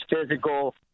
physical